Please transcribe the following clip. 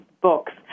books